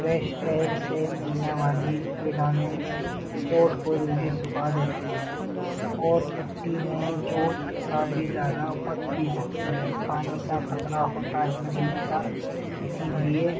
fresh air سے ملنے والی وٹامنس چوٹ کو جلدی سکھا دیتے ہیں اور پٹی میں چوٹ کا بھی زیادہ پک بھی سکتی ہے پانی کا خطرہ ہوتا ہے لگنے کا اسی لیے